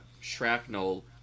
shrapnel